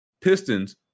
Pistons